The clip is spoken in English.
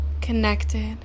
connected